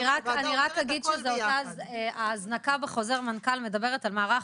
אני רק אגיד שההזנקה בחוזר מנכ"ל מדברת על מערך